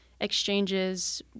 exchanges